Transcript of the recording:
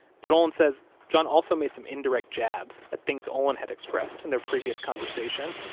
but olin says john also made some indirect jabs at things olin had expressed in their previous conversation.